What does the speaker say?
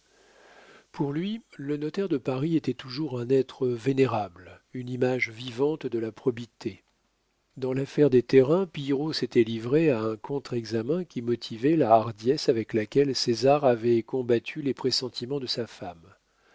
pour lui le notaire de paris était toujours un être vénérable une image vivante de la probité dans l'affaire des terrains pillerault s'était livré à un contre examen qui motivait la hardiesse avec laquelle césar avait combattu les pressentiments de sa femme